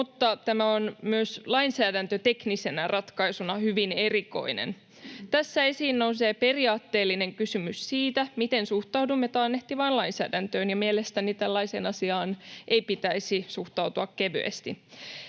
mutta tämä on myös lainsäädäntöteknisenä ratkaisuna hyvin erikoinen. Tässä esiin nousee periaatteellinen kysymys siitä, miten suhtaudumme taannehtivaan lainsäädäntöön, ja mielestäni tällaiseen asiaan ei pitäisi suhtautua kevyesti.